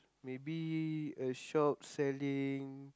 maybe a shop selling